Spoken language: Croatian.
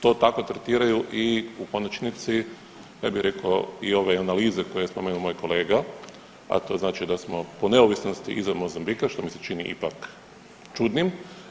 To tako tretiraju u konačnici ja bih rekao i ove analize koje je spomenuo moj kolega, a to znači da smo po neovisnosti iza Mozambika, što mi se čini ipak čudnim.